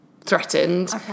threatened